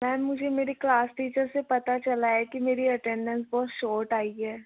ma'am मुझे मेरी class teacher से पता चला है कि मेरी अटेंडेंस बहुत शॉर्ट आई है